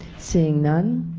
seeing none,